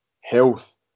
health